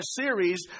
series